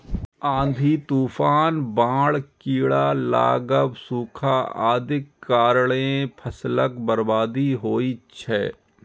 आंधी, तूफान, बाढ़ि, कीड़ा लागब, सूखा आदिक कारणें फसलक बर्बादी होइ छै